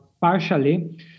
partially